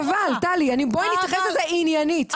חבל, טלי, בואי נתייחס לזה עניינית.